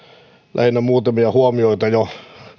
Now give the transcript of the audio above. lähinnä muutamia huomioita jo